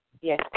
Yes